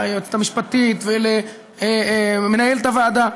ליועצת המשפטית ולמנהלת הוועדה.